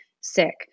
sick